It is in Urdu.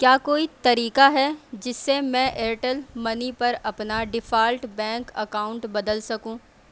کیا کوئی طریقہ ہے جس سے میں ایئرٹیل منی پر اپنا ڈیفالٹ بینک اکاؤنٹ بدل سکوں